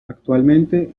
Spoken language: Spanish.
actualmente